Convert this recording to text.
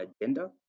agenda